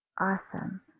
Awesome